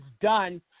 done